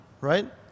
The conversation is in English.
right